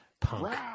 punk